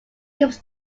keeps